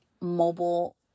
mobile